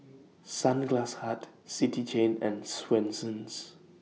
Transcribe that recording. Sunglass Hut City Chain and Swensens